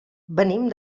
venim